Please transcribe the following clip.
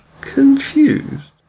Confused